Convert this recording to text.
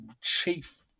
chief